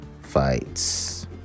fights